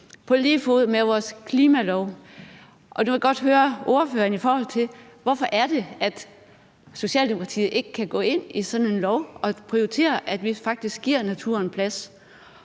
på lige fod med vores klimalov. Og der vil jeg godt høre ordføreren: Hvorfor er det, at Socialdemokratiet ikke kan gå ind for sådan en lov og prioritere, at vi faktisk giver naturen plads?